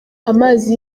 amazi